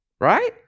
Right